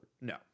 No